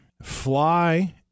fly